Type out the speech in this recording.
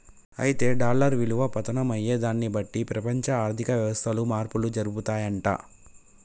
అయితే డాలర్ విలువ పతనం అయ్యేదాన్ని బట్టి ప్రపంచ ఆర్థిక వ్యవస్థలు మార్పులు జరుపుతాయంట